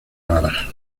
raras